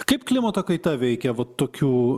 kaip klimato kaita veikia va tokių